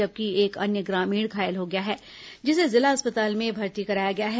जबकि एक अन्य ग्रामीण घायल हो गया है जिसे जिला अस्पताल में भर्ती कराया गया है